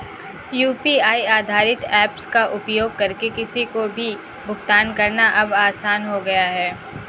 UPI आधारित apps का उपयोग करके किसी को भी भुगतान करना अब आसान हो गया है